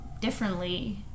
differently